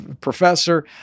professor